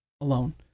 alone